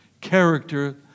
character